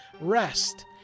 rest